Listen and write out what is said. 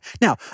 Now